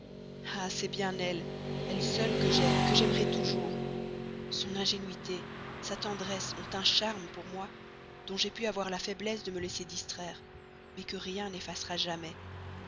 ah c'est bien elle elle seule que j'aime que j'aimerai toujours son ingénuité sa tendresse ont un charme pour moi dont j'ai pu avoir la faiblesse de me laisser distraire mais que rien n'effacera jamais